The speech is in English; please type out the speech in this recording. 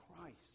Christ